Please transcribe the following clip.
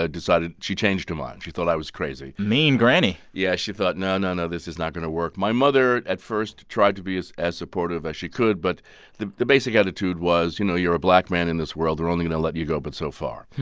ah decided she changed her mind. she thought i was crazy mean granny yeah. she thought no, no, no, this is not going to work. my mother, at first, tried to be as as supportive as she could. but the the basic attitude was, you know, you're a black man in this world they're only going to you know let you go but so far,